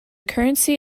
currency